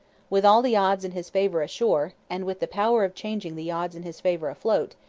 with all the odds in his favour ashore, and with the power of changing the odds in his favour afloat,